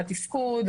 על התפקוד,